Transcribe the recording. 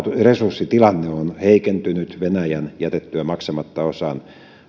resurssitilanne on heikentynyt venäjän jätettyä maksamatta osan